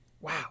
Wow